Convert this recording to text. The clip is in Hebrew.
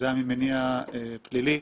שהיה ממניע פלילי,